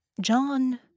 John